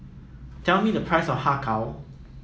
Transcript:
tell me the price of Har Kow